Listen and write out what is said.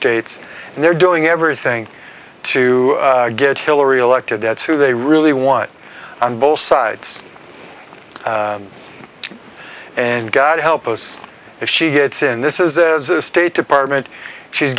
states and they're doing everything to get hillary elected that's who they really want on both sides and god help us if she gets in this is there's a state department she's